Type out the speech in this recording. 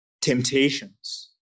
temptations